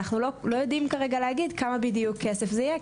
אנחנו לא יודעים כרגע להגיד כמה כסף זה יהיה בדיוק,